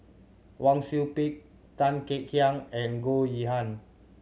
Wang Sui Pick Tan Kek Hiang and Goh Yihan